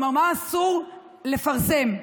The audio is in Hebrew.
כלומר, מה אסור לפרסם?